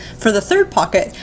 for the third pocket,